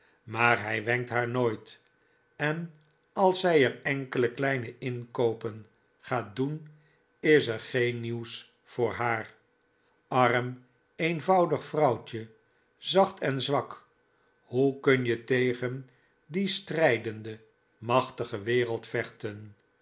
maar hij wenkt haar nooit en als zij er enkele kleine inkoopen gaat doen is er geen nieuws voor haar arm eenvoudig vrouwtje zacht en zwak hoe kun je tegen die strijdende machtige wereld vechten